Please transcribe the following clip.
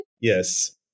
Yes